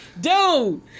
dude